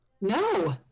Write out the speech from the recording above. No